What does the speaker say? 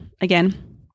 again